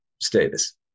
status